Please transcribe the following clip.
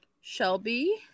Shelby